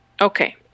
Okay